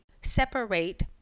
separate